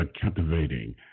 captivating